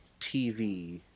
TV